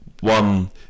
one